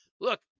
look